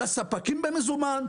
לספקים במזומן?